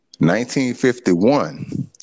1951